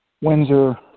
Windsor